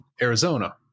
Arizona